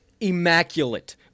immaculate